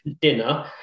dinner